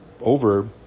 over